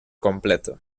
completo